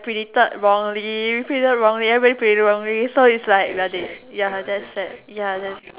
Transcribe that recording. predicted wrongly predicted wrongly everybody predicted wrongly so its like we're dead ya that's sad ya thats